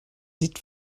sieht